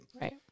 Right